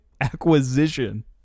Acquisition